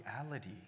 reality